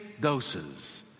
doses